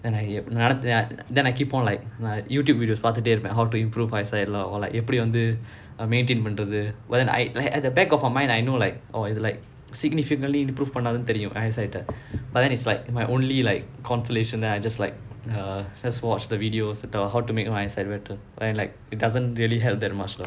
and then I I keep on like like YouTube videos பாத்துட்டே இருப்பேன்:paathutae iruppaen how to improve eyesight leh or like எப்பிடி வந்து:eppidi vanthu maintain பண்றது:pandrathu I like at the back of my mind I know like or like significantly இதலம் பண்ணதுன்னு தெரியும்:ithulaam pannathunu teriyum but then it's like my only like consolation then I just like uh just watch the video how to make my eyesight better but like it doesn't really help that much lah